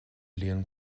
líon